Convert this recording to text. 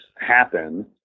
happen